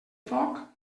foc